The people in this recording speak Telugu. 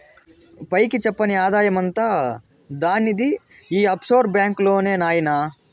పైకి చెప్పని ఆదాయమంతా దానిది ఈ ఆఫ్షోర్ బాంక్ లోనే నాయినా